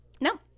no